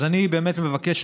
אז אני באמת מבקש,